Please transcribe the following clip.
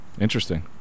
Interesting